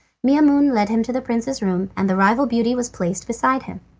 maimoune led him to the prince's room, and the rival beauty was placed beside him.